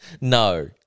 No